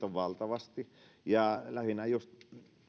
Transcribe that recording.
on valtavasti ja lähinnä just